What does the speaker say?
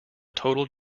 total